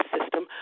system